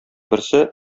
берсе